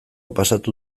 pasatu